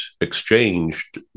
exchanged